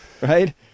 right